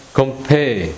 compare